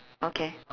okay